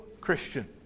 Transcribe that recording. Christian